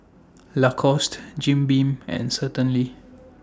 Lacoste Jim Beam and Certainty